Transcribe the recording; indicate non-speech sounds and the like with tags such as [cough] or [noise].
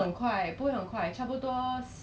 doesn't make sense lor [laughs]